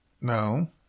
No